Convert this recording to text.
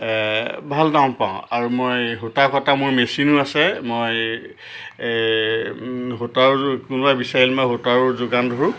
ভাল দাম পাওঁ আৰু মই সূতা কটা মোৰ মেচিনো আছে মই সূতাও কোনোবাই বিচাৰিলে মই সূতাও যোগান ধৰোঁ